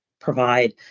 provide